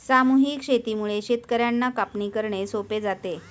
सामूहिक शेतीमुळे शेतकर्यांना कापणी करणे सोपे जाते